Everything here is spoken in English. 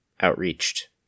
outreached